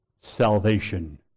salvation